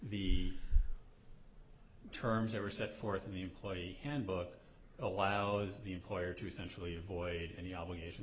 the terms that were set forth in the employee handbook allows the employer to centrally avoid any obligation